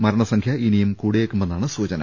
മരണസംഖ്യ ഇനിയും കൂടിയേക്കുമെന്നാണ് സൂചന